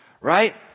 Right